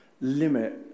Limit